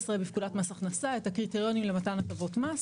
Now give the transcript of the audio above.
לפקודת מס הכנסה את הקריטריונים למתן הטבות מס,